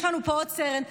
יש לנו פה עוד סרן.